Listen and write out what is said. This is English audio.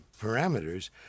parameters